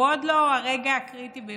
הוא עוד לא הרגע הקריטי ביותר,